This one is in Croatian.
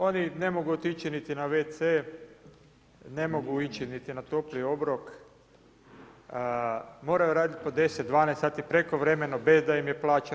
Oni ne mogu otići niti na wc, ne mogu ići niti na topli obrok, moraju raditi po 10, 12 sati prekovremeno bez da im je plaćeno.